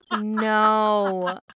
No